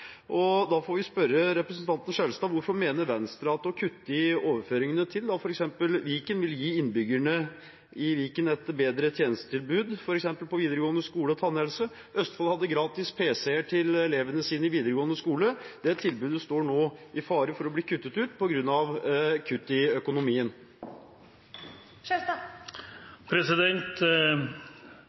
regjeringen. Da må jeg spørre representanten Skjelstad: Hvorfor mener Venstre at det å kutte i overføringene til f.eks. Viken vil gi innbyggerne et bedre tjenestetilbud, f.eks. innen videregående skole og tannhelse? Østfold har gratis pc-er til elevene sine i videregående skole, og det tilbudet står nå i fare for å bli kuttet ut på grunn av kutt i økonomien.